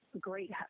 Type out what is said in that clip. great